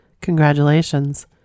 Congratulations